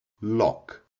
Lock